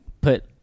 put